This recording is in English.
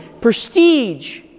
prestige